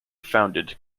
founded